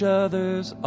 other's